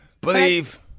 believe